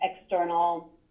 external